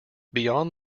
beyond